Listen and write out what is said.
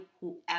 whoever